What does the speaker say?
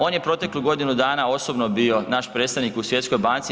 On je proteklu godinu dana osobno bio naš predstavnik u Svjetskoj banci.